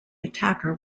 attacker